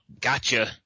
gotcha